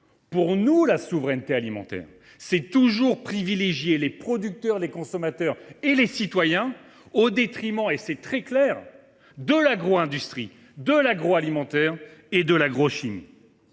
Pour nous, la souveraineté alimentaire revient à privilégier systématiquement les producteurs, les consommateurs et les citoyens au détriment – c’est très clair – de l’agro industrie, de l’agroalimentaire et de l’agrochimie.